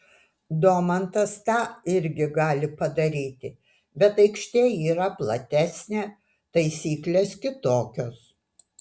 domantas tą irgi gali padaryti bet aikštė yra platesnė taisyklės kitokios